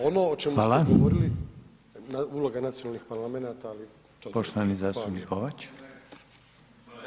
Ono o čemu ste govorili uloga nacionalnih parlamenata, ali to